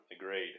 Agreed